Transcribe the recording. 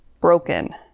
broken